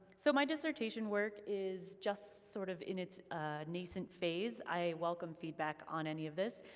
so my dissertation work is just sort of in its nascent phase. i welcome feedback on any of this,